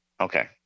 Okay